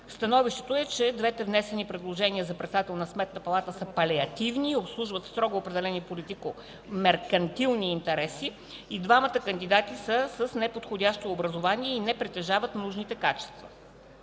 Становището е, че двете внесени предложения за председател на Сметната палата са палиативни и обслужват строго определени политико-меркантилни интереси. И двамата кандидати са с неподходящо образование и не притежават нужните качества.